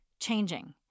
changing